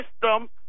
system